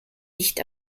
nicht